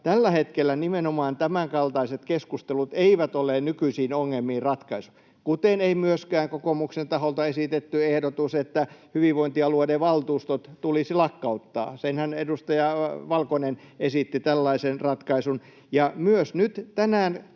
tällä hetkellä nimenomaan tämänkaltaiset keskustelut eivät ole nykyisiin ongelmiin ratkaisu, kuten ei myöskään kokoomuksen taholta esitetty ehdotus, että hyvinvointialueiden valtuustot tulisi lakkauttaa — edustaja Valkonenhan esitti tällaisen ratkaisun. Myös nyt tänään